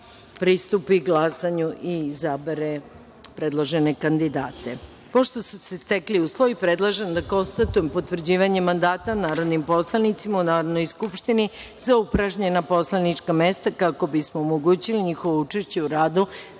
pristupi glasanju i izabere predložene kandidate. Pošto su se stekli uslovi, predlažem da konstatujem potvrđivanje mandata narodnim poslanicima u Narodnoj skupštini, za upražnjena poslanička mesta, kako bismo omogućili njihovo učešće u radu